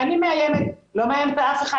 ואני מאיימת אני לא מאיימת על אף אחד.